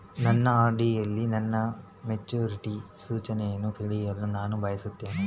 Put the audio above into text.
ನನ್ನ ಆರ್.ಡಿ ಯಲ್ಲಿ ನನ್ನ ಮೆಚುರಿಟಿ ಸೂಚನೆಯನ್ನು ತಿಳಿಯಲು ನಾನು ಬಯಸುತ್ತೇನೆ